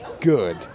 good